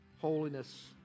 holiness